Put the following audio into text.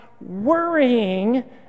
worrying